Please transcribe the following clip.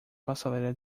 passarela